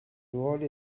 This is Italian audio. ruoli